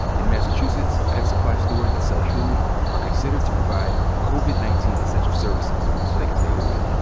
in massachusetts, pet supply stores that sell food are considered to provide covid nineteen essential services. so they can stay open.